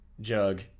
jug